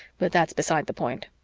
but that's beside the point.